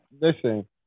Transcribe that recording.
listen